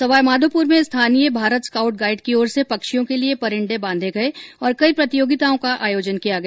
सवाईमाधोपूर में स्थानीय Bharat scout guide की ओर से पक्षियों के लिये परिण्डे बांधे गये और कई प्रतियोगिताओं का अयोजन किया गया